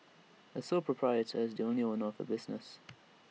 A sole proprietor is the only owner of A business